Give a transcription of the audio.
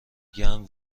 گرم